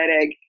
egg